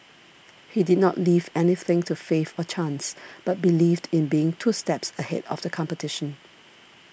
he did not leave anything to faith or chance but believed in being two steps ahead of the competition